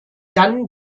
dann